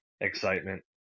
excitement